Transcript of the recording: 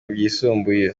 byisumbuye